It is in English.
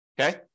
okay